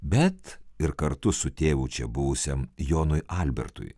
bet ir kartu su tėvu čia buvusiam jonui albertui